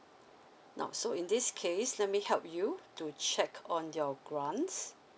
now so in this case let me help you to check on your grants